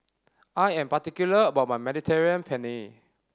I am particular about my Mediterranean Penne